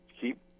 keep